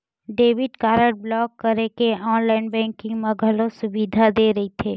debit card block करे के online banking म घलो सुबिधा दे रहिथे